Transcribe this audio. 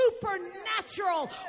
supernatural